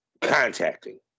contacting